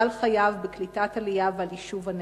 חייו בקליטת העלייה ועל יישוב הנגב.